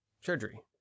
surgery